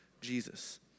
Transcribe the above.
Jesus